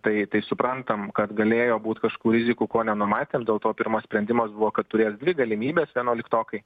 tai tai suprantam kad galėjo būt kažkokių rizikų ko nenumatėm dėl to pirmas sprendimas buvo kad turės dvi galimybes vienuoliktokai